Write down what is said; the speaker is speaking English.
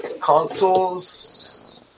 Consoles